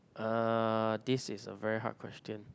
uh this is a very hard question